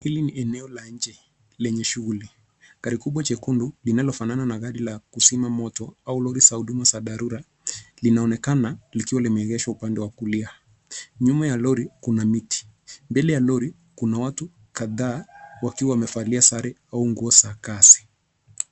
Hili ni eneo la nje, lenye shughuli. Gari kubwa jekundu linalofanana na gari la kuzima moto au lori za huduma za dharura linaonekana likiwa limeegeshwa upande wa kulia. Nyuma ya lori kuna miti . Mbele ya lori kuna watu kadhaa wakiwa wamevalia sare au nguo za kazi.